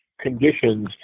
conditions